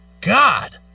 God